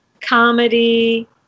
comedy